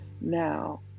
Now